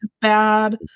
bad